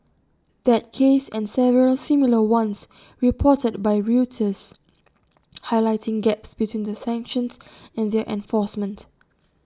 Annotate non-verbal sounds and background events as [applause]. that case and several similar ones reported by Reuters [noise] highlighted gaps between the sanctions and their enforcement